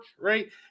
right